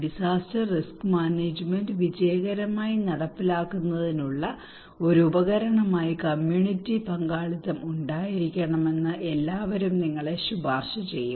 disaster risk management വിജയകരമായി നടപ്പിലാക്കുന്നതിനുള്ള ഒരു ഉപകരണമായി കമ്മ്യൂണിറ്റി പങ്കാളിത്തം ഉണ്ടായിരിക്കണമെന്ന് എല്ലാവരും നിങ്ങളെ ശുപാർശ ചെയ്യും